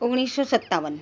ઓગણીસો સત્તાવન